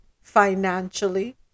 financially